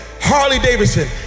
Harley-Davidson